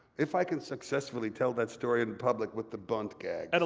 if i can successfully tell that story in public with the bunt gag. and